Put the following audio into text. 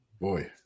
Boy